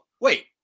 Wait